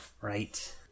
Right